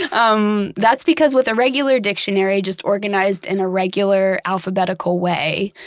um that's because with a regular dictionary, just organized in a regular, alphabetical way,